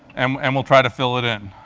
um and we'll try to fill it in.